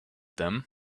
them